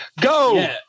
go